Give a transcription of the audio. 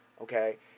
okay